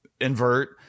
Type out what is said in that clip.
invert